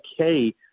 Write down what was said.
okay